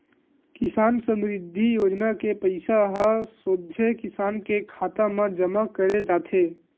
किसान समरिद्धि योजना के पइसा ह सोझे किसान के खाता म जमा करे जाथे